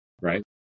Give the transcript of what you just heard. Right